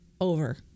Over